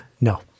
No